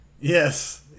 Yes